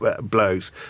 blows